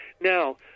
Now